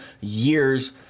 years